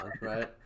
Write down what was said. right